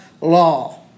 law